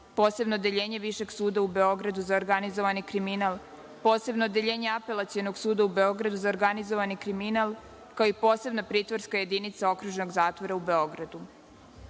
Posebno odeljenje Višeg suda u Beogradu za organizovani kriminal, Posebno odeljenje Apelacionog suda u Beogradu za organizovani kriminal, kao i Posebna pritvorska jedinica Okružnog zatvora u Beogradu. Članom